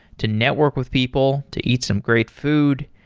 to network with people, to eat some great food,